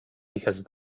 because